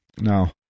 Now